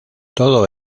todo